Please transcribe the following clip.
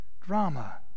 drama